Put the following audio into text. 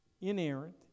inerrant